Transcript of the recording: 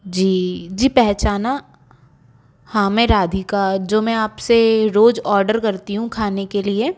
जी जी पहचाना हाँ मैं राधिका जो मैं आप से रोज़ ऑर्डर करती हूँ खाने के लिए